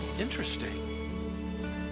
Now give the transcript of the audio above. interesting